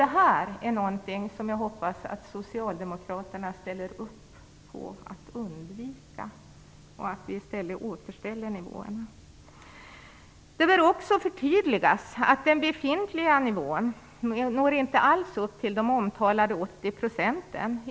Det här är något som jag hoppas att även Socialdemokraterna vill undvika och att vi i stället återställer nivåerna. Det bör också förtydligas att den befintliga nivån inte alls når upp till de omtalade 80 procenten.